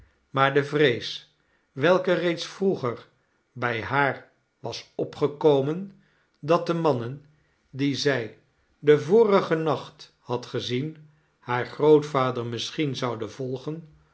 maar de vrees welke reeds vroeger bij haar was opgekomen dat de mannen die zij den vorigen nacht had gezien haar grootvader misschien zouden volgen